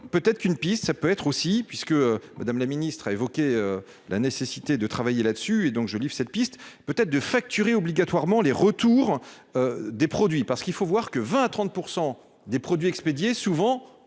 peut être qu'une piste, ça peut être aussi puisque Madame, la ministre a évoqué la nécessité de travailler là-dessus et donc je Live cette piste peut-être de facturer obligatoirement les retours des produits parce qu'il faut voir que 20 à 30 % des produits expédiés souvent